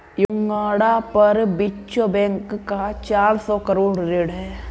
Uganda पर विश्व bank का चार सौ करोड़ ऋण है